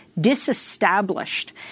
disestablished